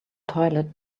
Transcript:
toilet